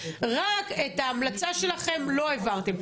רק את ההמלצה שלכם לא העברתם.